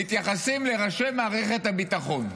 מתייחסים לראשי מערכת הביטחון.